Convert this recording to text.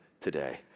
today